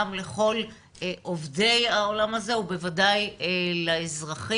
גם לכל עובדי העולם הזה ובוודאי לאזרחים.